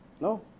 No